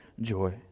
joy